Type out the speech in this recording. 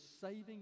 Saving